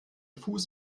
fuß